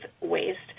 waste